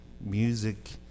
Music